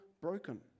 broken